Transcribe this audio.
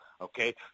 okay